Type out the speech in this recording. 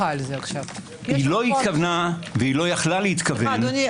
היא לא התכוונה ולא יכלה להתכוון- -- אדוני,